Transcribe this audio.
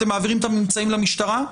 אתם מעבירים את הממצאים למשטרה?